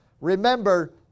Remember